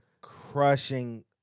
crushing